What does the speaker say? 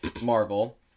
Marvel